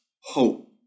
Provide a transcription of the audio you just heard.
hope